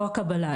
לא הקבלה,